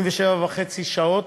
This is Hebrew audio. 87.5 שעות,